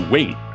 Wait